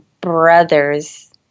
brother's